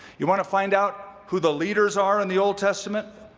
you want to find out who the leaders are in the old testament?